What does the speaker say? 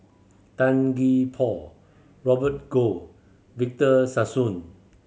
Tan Gee Paw Robert Goh Victor Sassoon